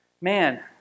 man